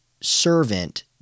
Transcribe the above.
servant